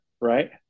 right